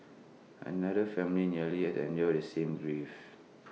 another family nearly had to endure the same grief